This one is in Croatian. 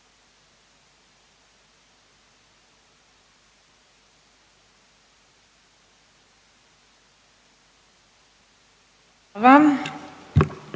Hvala vama